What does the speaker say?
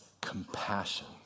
compassion